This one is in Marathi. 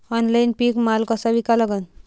ऑनलाईन पीक माल कसा विका लागन?